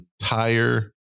entire